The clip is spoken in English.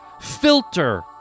filter